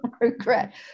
regret